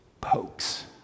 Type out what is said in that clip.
pokes